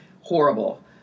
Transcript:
Horrible